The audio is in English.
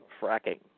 fracking